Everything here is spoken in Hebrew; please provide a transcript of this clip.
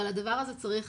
אבל הדבר הזה צריך